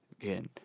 again